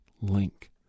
link